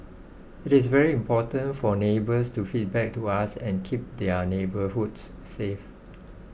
it is very important for neighbours to feedback to us and keep their neighbourhoods safe